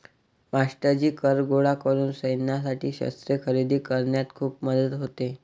मास्टरजी कर गोळा करून सैन्यासाठी शस्त्रे खरेदी करण्यात खूप मदत होते